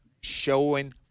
showing